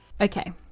Okay